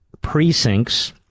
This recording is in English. precincts